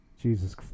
Jesus